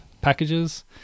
packages